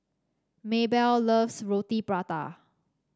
Maybell loves Roti Prata